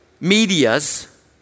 medias